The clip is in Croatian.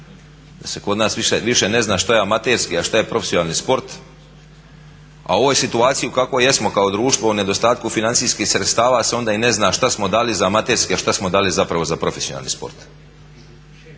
da se kod nas više ne zna šta je amaterski, a šta je profesionalni sport. A u ovoj situaciji u kakvoj jesmo u nedostatku financijskih sredstava se onda i ne zna šta smo dali za amaterske, a šta smo dali zapravo za profesionalni sport.